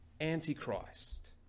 Antichrist